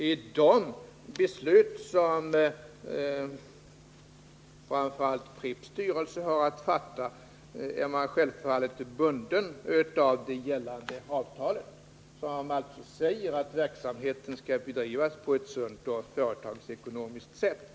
När det gäller de beslut som framför allt Pripps styrelse har att fatta är man självfallet bunden av det gällande avtalet, som säger att verksamheten skall bedrivas på ett företagsekonomiskt sunt sätt.